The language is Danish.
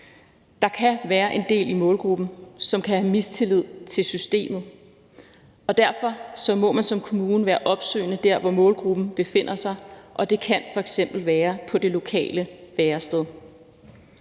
Der kan være en del i målgruppen, som kan have mistillid til systemet, og derfor må man som kommune være opsøgende der, hvor målgruppen befinder sig, og det kan f.eks. være på det lokale værested.